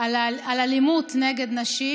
על אלימות נגד נשים.